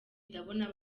ndabona